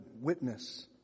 witness